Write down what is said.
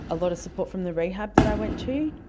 a lot of support from the rehab that i went to,